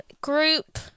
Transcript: Group